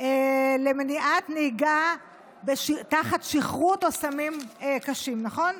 למניעת נהיגה תחת שכרות או סמים קשים, נכון?